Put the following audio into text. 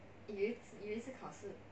it's it's a 考试